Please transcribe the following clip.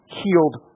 healed